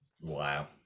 wow